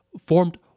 formed